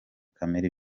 kamere